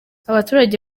abaturage